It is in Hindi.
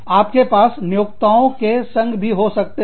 आपके पास नियोक्ताओं के संघ भी हो सकते हैं